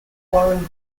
warren